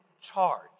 charge